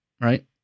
right